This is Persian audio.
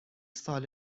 سال